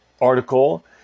article